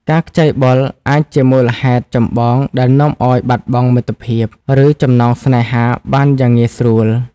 ការខ្ចីបុលអាចជាមូលហេតុចម្បងដែលនាំឲ្យបាត់បង់មិត្តភាព ឬចំណងស្នេហាបានយ៉ាងងាយស្រួល។